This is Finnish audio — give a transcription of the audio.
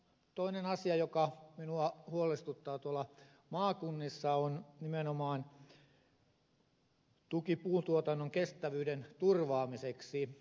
toinen asia joka minua huolestuttaa tuolla maakunnissa on nimenomaan tuki puuntuotannon kestävyyden turvaamiseksi